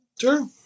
Sure